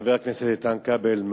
חבר הכנסת איתן כבל,